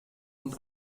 und